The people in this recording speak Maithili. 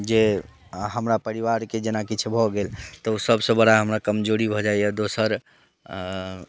जे हमरा परिवारके जेना किछु भऽ गेल तऽ ओ सभसँ बड़ा हमर कमजोरी भऽ जाइए दोसर